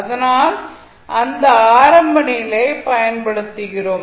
அதனால் அந்த ஆரம்ப நிலையை பயன்படுத்துகிறோம்